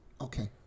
okay